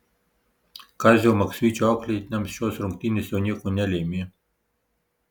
kazio maksvyčio auklėtiniams šios rungtynės jau nieko nelėmė